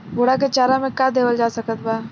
घोड़ा के चारा मे का देवल जा सकत बा?